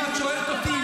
ואם את שואלת אותי,